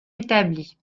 établis